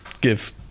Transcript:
give